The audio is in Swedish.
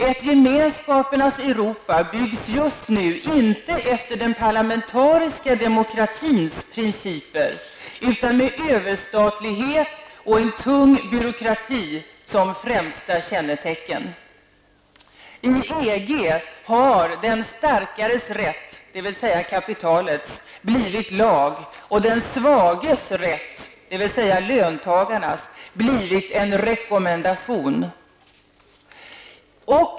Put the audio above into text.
Ett gemenskapernas Europa byggs just nu, inte med den parlamentariska demokratins principer utan med överstatlighet och en tung byråkrati som främsta kännetecken. I EG har den starkares rätt, dvs. kapitalets, blivit lag. Den svages rätt, dvs. löntagarnas, har blivit en rekommendation.